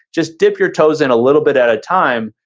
just dip your toes in a little bit at a time,